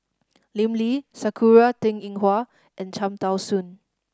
Lim Lee Sakura Teng Ying Hua and Cham Tao Soon